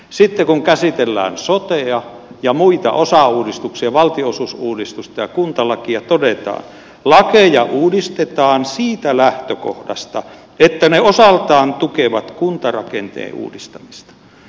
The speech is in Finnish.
sitten kun käsitellään sotea ja muita osauudistuksia valtionosuusuudistusta ja kuntalakia todetaan että lakeja uudistetaan siitä lähtökohdasta että ne osaltaan tukevat kuntarakenteiden uudistamista